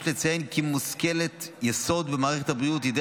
יש לציין כי מושכלת יסוד במערכת הבריאות היא כי